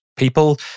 people